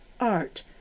art